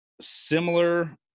similar –